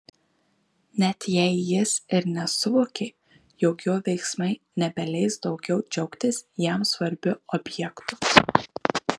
net jei jis ir nesuvokė jog jo veiksmai nebeleis daugiau džiaugtis jam svarbiu objektu